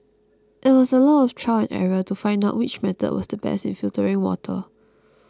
it was a lot of trial and error to find out which method was the best in filtering water